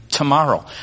tomorrow